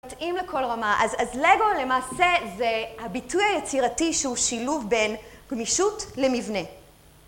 מתאים לכל רמה, אז לגו למעשה זה הביטוי היצירתי שהוא שילוב בין גמישות למבנה.